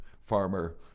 farmer